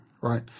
right